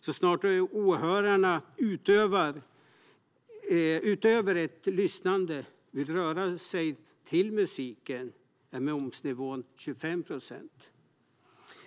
Så snart åhörarna utöver lyssnandet vill röra sig till musiken är momsnivån 25 procent.